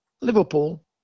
Liverpool